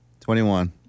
21